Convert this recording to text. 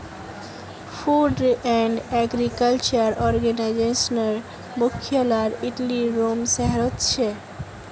food and agriculture आर्गेनाईजेशनेर मुख्यालय इटलीर रोम शहरोत छे